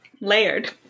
Layered